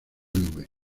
nube